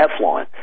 Teflon